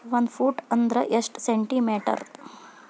ಒಂದು ಫೂಟ್ ಅಂದ್ರ ಎಷ್ಟು ಸೆಂಟಿ ಮೇಟರ್?